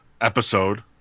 episode